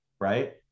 right